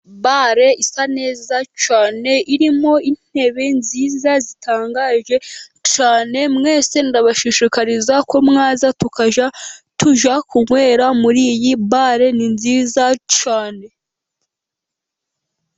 Bare isa neza cyane. Irimo intebe nziza, zitangaje cyane. Mwese ndabashishikariza ko mwaza, tukajya tujya kunywera muri iyi bare. Ni nziza cyane.